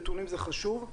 נתונים זה חשוב,